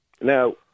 Now